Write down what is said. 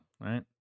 right